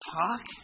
talk